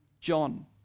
John